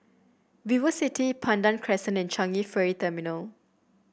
VivoCity Pandan Crescent and Changi Ferry Terminal